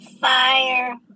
fire